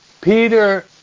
Peter